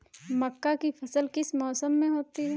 मक्का की फसल किस मौसम में होती है?